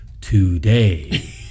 today